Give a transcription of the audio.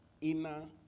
inner